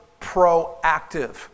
proactive